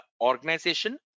organization